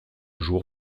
jour